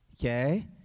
Okay